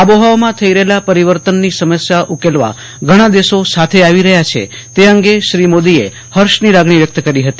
આબોહવામાં થઈ રહેલા પરિવર્તનની સમસ્યા ઉકેલવા ઘણાં દેશો સાથે આવી રહ્યા છે તે અંગે શ્રી મોદીએ હર્ષની લાગણી વ્યક્ત કરી હતી